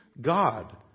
God